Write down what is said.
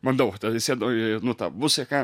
bandau atsisėdau į nu tą busiką